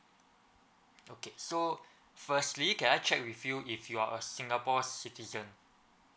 okay so firstly can I check with you if you are a singapore citizen